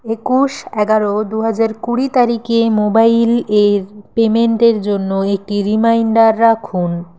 একুশ এগারো দু হাজার কুড়ি তারিখে মোবাইল এর পেমেন্টের জন্য একটি রিমাইন্ডার রাখুন